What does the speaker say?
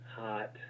hot